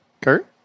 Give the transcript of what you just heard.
Kurt